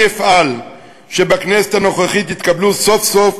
אני אפעל שבכנסת הנוכחית יתקבלו סוף-סוף